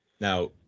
Now